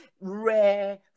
rare